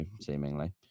seemingly